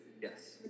Yes